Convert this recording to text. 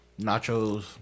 nachos